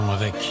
avec